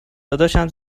داداشم